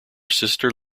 sister